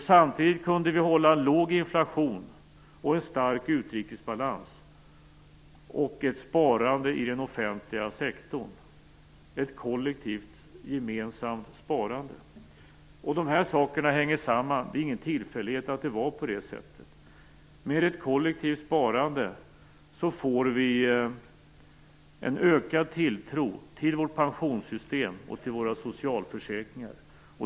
Samtidigt kunde vi hålla en låg inflation, en stark utrikesbalans och ett sparande i den offentliga sektorn, ett kollektivt gemensamt sparande. De här sakerna hänger samman. Det är ingen tillfällighet att det var på det sättet. Med ett kollektivt sparande får vi en ökad tilltro till vårt pensionssystem och till våra socialförsäkringar.